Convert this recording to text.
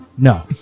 No